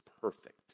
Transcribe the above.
perfect